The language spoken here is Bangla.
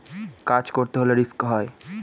কাজ করতে হলে রিস্ক হয়